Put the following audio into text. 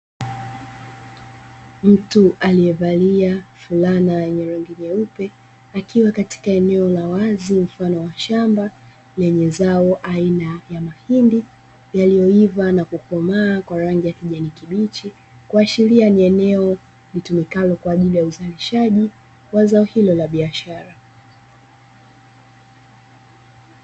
Mtu aliyevalia fulana yenye rangi nyeupe akiwa katika eneo la wazi mfano wa shamba, lenye zao aina ya mahindi yaliyoiva na kukomaa kwa rangi ya kijani kibichi, kuashiria ni eneo linalotumika kwa ajili ya uzalishaji wa zao hilo la biashara.